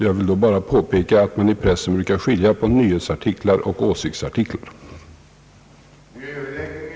Jag vill då bara påpeka att vi i pressen brukar skilja på nyhetsartiklar och åsiktsartiklar. som regel utses av Kungl. Maj:t på förslag av intresseorganisationerna.